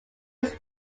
his